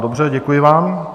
Dobře, děkuji vám.